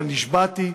אבל נשבעתי,